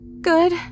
Good